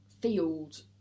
field